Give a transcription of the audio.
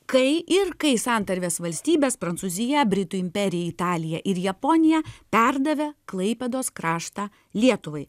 kai ir kai santarvės valstybės prancūzija britų imperija italija ir japonija perdavė klaipėdos kraštą lietuvai